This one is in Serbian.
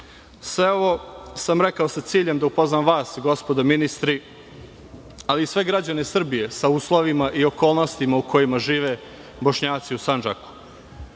ovo sam rekao sa ciljem da upoznam i vas gospodo ministri, a i sve građane Srbije sa uslovima i okolnostima u kojima žive Bošnjaci u Sandžaku.